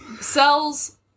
Cells